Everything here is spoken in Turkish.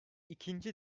ikinci